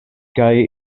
kaj